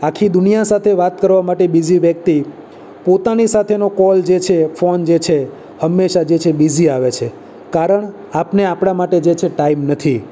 આખી દુનિયા સાથે વાત કરવા માટે બીજી વ્યક્તિ પોતાની સાથેનો કોલ જે છે ફોન જે છે હમેશાં જે છે બીઝી આવે છે કારણ આપને આપણાં માટે જે છે ટાઈમ નથી